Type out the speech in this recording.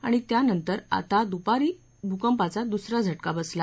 आणि त्या नंतर आता दुपारी भूकपाचा दुसरा झटका बसला